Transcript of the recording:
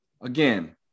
Again